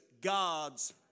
God's